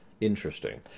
Interesting